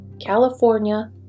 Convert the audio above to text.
California